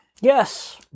yes